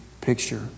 picture